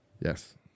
Yes